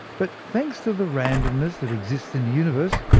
but thanks to the randomness that exists in the universe,